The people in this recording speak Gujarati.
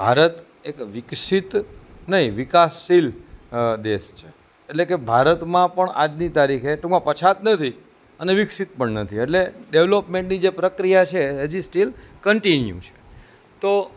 ભારત એક વિકસિત નહીં વિકાસશીલ દેશ છે એટલે કે ભારતમાં પણ આજની તારીખે ટૂંકમાં પછાત નથી અને વિકસિત પણ નથી એટલે ડેવલોપમેન્ટની જે પ્રક્રિયા છે હજી સ્ટીલ કંટિન્યૂ છે તો